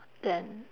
then